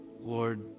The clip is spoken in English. Lord